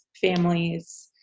families